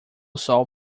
sol